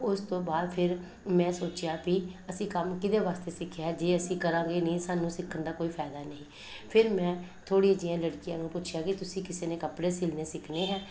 ਉਸ ਤੋਂ ਬਾਅਦ ਫਿਰ ਮੈਂ ਸੋਚਿਆ ਵੀ ਅਸੀਂ ਕੰਮ ਕਿਹਦੇ ਵਾਸਤੇ ਸਿੱਖਿਆ ਜੇ ਅਸੀਂ ਕਰਾਂਗੇ ਨਹੀਂ ਸਾਨੂੰ ਸਿੱਖਣ ਦਾ ਕੋਈ ਫਾਇਦਾ ਨਹੀਂ ਫਿਰ ਮੈਂ ਥੋੜ੍ਹੀ ਜਿਹੀ ਲੜਕੀਆਂ ਨੂੰ ਪੁੱਛਿਆ ਕਿ ਤੁਸੀਂ ਕਿਸੇ ਨੇ ਕੱਪੜੇ ਸਿਲਨੇ ਸਿੱਖਣੇ ਹੈ